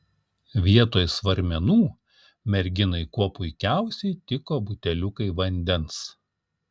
vietoj svarmenų merginai kuo puikiausiai tiko buteliukai vandens